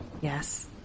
Yes